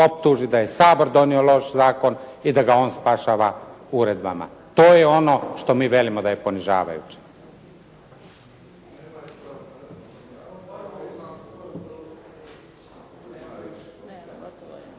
optuži da je Sabora donio loš zakon i da ga on spašava uredbama. To je ono što mi velimo da je ponižavajuće. **Bebić,